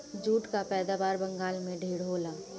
jute कअ पैदावार बंगाल में ढेर होला